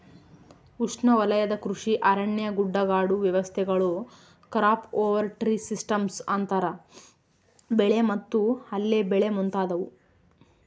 ಉಷ್ಣವಲಯದ ಕೃಷಿ ಅರಣ್ಯ ಗುಡ್ಡಗಾಡು ವ್ಯವಸ್ಥೆಗಳು ಕ್ರಾಪ್ ಓವರ್ ಟ್ರೀ ಸಿಸ್ಟಮ್ಸ್ ಅಂತರ ಬೆಳೆ ಮತ್ತು ಅಲ್ಲೆ ಬೆಳೆ ಮುಂತಾದವು